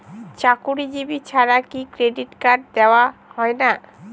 চাকুরীজীবি ছাড়া কি ক্রেডিট কার্ড দেওয়া হয় না?